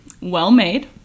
well-made